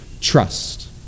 trust